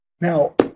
Now